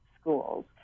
schools